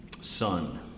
son